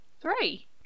Three